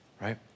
right